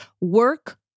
work